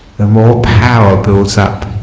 the more power builds up